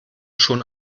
schon